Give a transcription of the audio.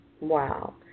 Wow